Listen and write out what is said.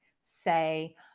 say